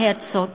הנה, מר הרצוג